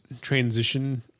transition